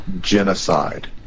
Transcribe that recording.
genocide